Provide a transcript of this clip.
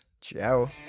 ciao